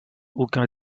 aucun